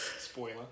Spoiler